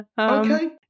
Okay